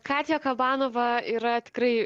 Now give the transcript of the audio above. katija kabanova yra tikrai